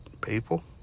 people